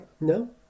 No